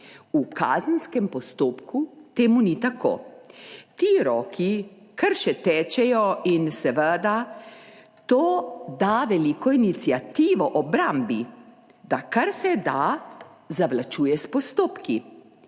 V kazenskem postopku temu ni tako. Ti roki kar še tečejo in seveda to da veliko iniciativo obrambi, da kar se da zavlačuje s postopki.